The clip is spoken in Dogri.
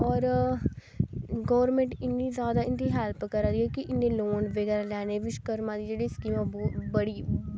होर गौरमैंट इ'न्नी ज्यादा इं'दी हैल्प करा दी ऐ कि इ'न्ने लोन बगैरा लैने दे बिशकर्मा दी जेह्ड़ी स्कीम ऐ ओह् बौ बड़ी